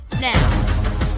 now